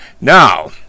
Now